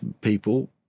people